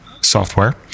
software